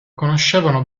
conoscevano